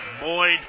Boyd